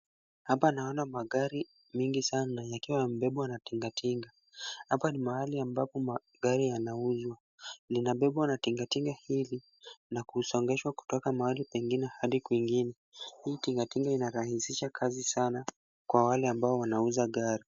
Hapa naona magari mingi sana ikiwa yamebebwa na tingatinga. Hapa ni mahali ambapo magari yanauzwa. Linabebwa na tingatinga hili na kusongeshwa kutoka mahaii pengine hadi kwingine. Hii tingatinga inarahisisha kazi sana kwa wale ambao wanauza gari.